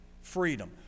freedom